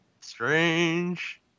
Strange